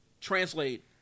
translate